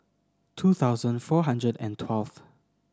two thousand four hundred and twelve